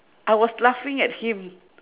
I was laughing at him